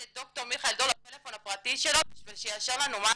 לד"ר מיכאל דור לטלפון הפרטי שלו בשביל שיאשר לנו משהו.